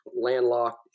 landlocked